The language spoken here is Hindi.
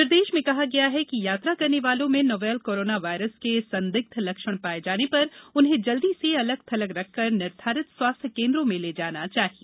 निर्देष में कहा गया है कि यात्रा करने वालों में नोवेल कोरोना वायरस के संदिग्ध लक्षण पाये जाने पर उन्हें जल्दी से अलग थलग रखकर निर्धारित स्वास्थ्य केन्द्रों में ले जाना चाहिए